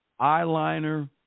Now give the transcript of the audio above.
eyeliner